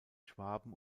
schwaben